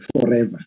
forever